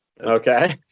Okay